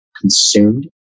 consumed